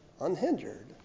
unhindered